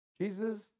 Jesus